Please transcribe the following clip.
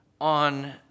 on